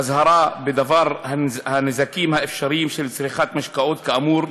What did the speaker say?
אזהרה בדבר הנזקים האפשריים של צריכת משקאות כאמור,